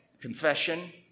confession